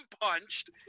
punched